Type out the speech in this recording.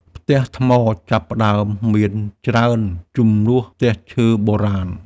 ផ្ទះថ្មចាប់ផ្ដើមមានច្រើនជំនួសផ្ទះឈើបុរាណ។